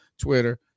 Twitter